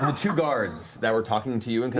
two guards that were talking to you and